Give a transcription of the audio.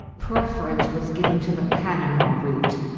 preference was given to the panama route.